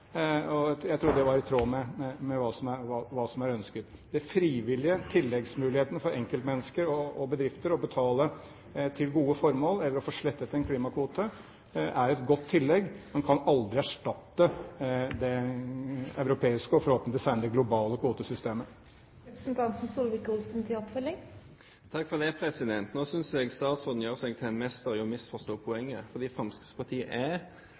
Jeg trodde det var i tråd med hva som er ønsket. Den frivillige muligheten for enkeltmennesker og bedrifter til å betale til gode formål eller å få slettet en klimakvote er et godt tillegg, men kan aldri erstatte det europeiske og forhåpentligvis senere det globale kvotesystemet. Nå synes jeg statsråden gjør seg til en mester i å misforstå poenget, for Fremskrittspartiet